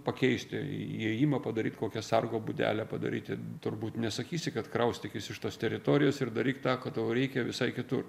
pakeisti įėjimą padaryti kokią sargo būdelę padaryti turbūt nesakysi kad kraustykis iš tos teritorijos ir daryk tą ko tau reikia visai kitur